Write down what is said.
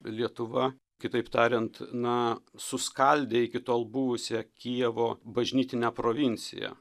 lietuva kitaip tariant na suskaldė iki tol buvusią kijevo bažnytinę provinciją